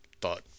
thought